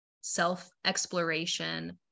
self-exploration